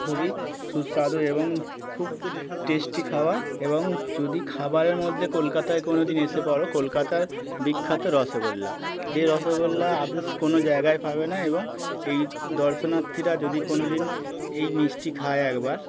খুবই সুস্বাদু এবং খুব টেস্টি খাবার এবং যদি খাবারের মধ্যে কলকাতায় কোনো দিন এসে পড়ো কলকাতার বিখ্যাত রসগোল্লা যে রসগোল্লা আর কোনো জায়গায় পাবে না এবং এই দর্শনার্থীরা যদি কোনো দিন এই মিষ্টি খায় একবার